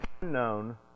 unknown